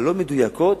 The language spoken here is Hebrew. הלא-מדויקות,